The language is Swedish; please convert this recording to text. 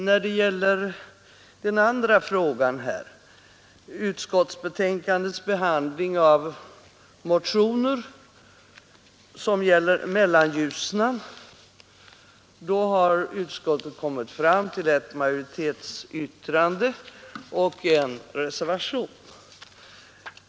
När det gäller den andra frågan, utskottets behandling av motioner som gäller Mellanljusnan, har utskottet kommit fram till ett majoritetsyttrande och en reservation.